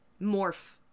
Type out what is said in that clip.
morph